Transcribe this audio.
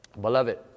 Beloved